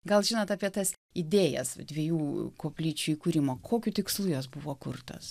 gal žinot apie tas idėjas dviejų koplyčių įkūrimo kokiu tikslu jos buvo kurtos